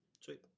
sweet